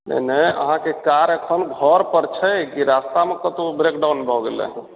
नै नै अहाँके कार अखैन घर पर छै कि रास्तामे कतौ ब्रेकडाउन भऽ गेलैए